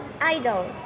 idol